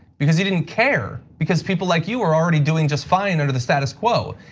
because you didn't care. because people like you were already doing just fine under the status quo.